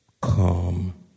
calm